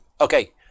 okay